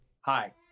Hi